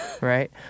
right